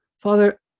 Father